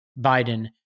Biden